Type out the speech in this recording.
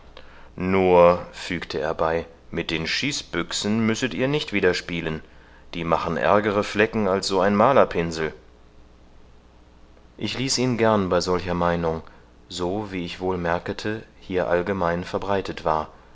nur fügte er bei mit den schießbüchsen müsset ihr nicht wieder spielen die machen ärgere flecken als so ein malerpinsel ich ließ ihn gern bei solcher meinung so wie ich wohl merkete hier allgemein verbreitet war